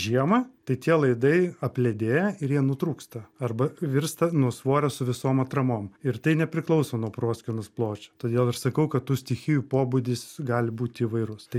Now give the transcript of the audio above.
žiemą tai tie laidai apledėja ir jie nutrūksta arba virsta nuo svorio su visom atramom ir tai nepriklauso nuo proskynos pločio todėl ir sakau kad tu stichijų pobūdis gali būt įvairus tai